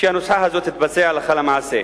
שהנוסחה הזאת תתבצע הלכה למעשה.